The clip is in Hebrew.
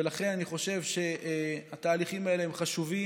אני חושב שהתהליכים האלה הם חשובים,